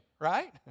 right